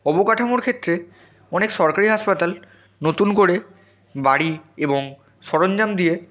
অবকাঠামোর ক্ষেত্রে অনেক সরকারি হাসপাতাল নতুন করে বাড়ি এবং সরঞ্জাম দিয়ে